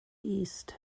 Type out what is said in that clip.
east